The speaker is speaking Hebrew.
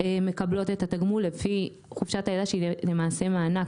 מקבלות את התגמול לפי חופשת הלידה שהיא למעשה מענק,